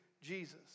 Jesus